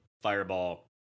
Fireball